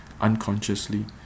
unconsciously